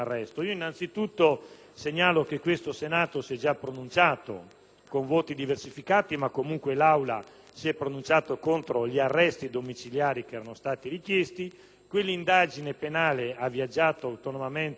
con voti diversificati, contro gli arresti domiciliari che erano stati richiesti. Quell'indagine penale ha viaggiato autonomamente al di fuori di quest'Aula e da notizie giornalistiche pare ormai conclusa.